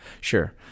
sure